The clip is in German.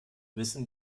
wissen